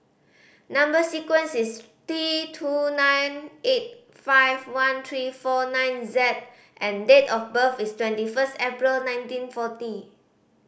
number sequence is T two nine eight five one three four nine Z and date of birth is twenty first April nineteen forty